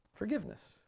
forgiveness